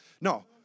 No